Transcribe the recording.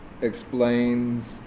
explains